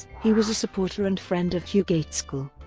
he was a supporter and friend of hugh gaitskell.